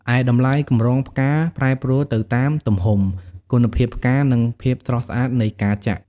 ឯតម្លៃកម្រងផ្កាប្រែប្រួលទៅតាមទំហំ គុណភាពផ្កា និងភាព ស្រស់ស្អាតនៃការចាក់។